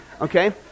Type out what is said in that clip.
Okay